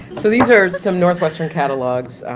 so these are some northwestern catalogues,